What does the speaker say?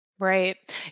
Right